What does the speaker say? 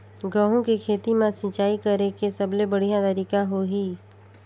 गंहू के खेती मां सिंचाई करेके सबले बढ़िया तरीका होही?